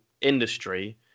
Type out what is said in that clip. industry